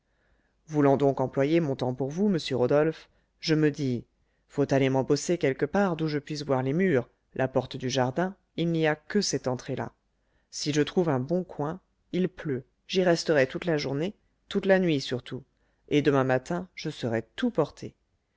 voulant donc employer mon temps pour vous monsieur rodolphe je me dis faut aller m'embosser quelque part d'où je puisse voir les murs la porte du jardin il n'y a que cette entrée là si je trouve un bon coin il pleut j'y resterai toute la journée toute la nuit surtout et demain matin je serai tout porté